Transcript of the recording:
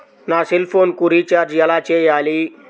నా సెల్ఫోన్కు రీచార్జ్ ఎలా చేయాలి?